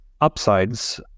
upsides